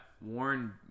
Warren